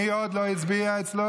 מי עוד לא הצביע אצלו?